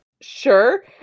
sure